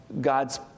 God's